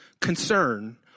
concern